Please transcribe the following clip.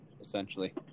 essentially